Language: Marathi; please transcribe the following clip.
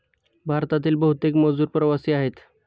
भारतातील बहुतेक मजूर प्रवासी आहेत